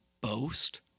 boast